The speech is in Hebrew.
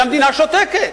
והמדינה שותקת.